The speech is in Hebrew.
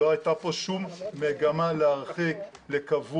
לא הייתה פה שום מגמה להרחיק לקבוע.